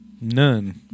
None